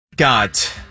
got